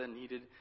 needed